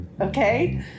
Okay